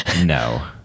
no